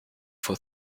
for